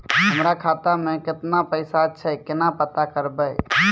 हमरा खाता मे केतना पैसा छै, केना पता करबै?